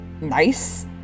nice